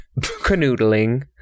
canoodling